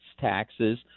taxes